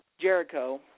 Jericho